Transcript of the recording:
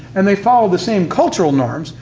and they follow the same cultural norms.